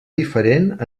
diferent